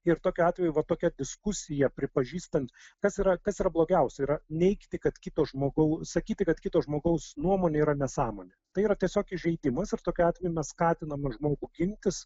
ir tokiu atveju va tokia diskusija pripažįstant kas yra kas yra blogiausia yra neigti kad kito žmogau sakyti kad kito žmogaus nuomonė yra nesąmonė tai yra tiesiog įžeidimus ir tokiu atveju mes skatiname žmogų gintis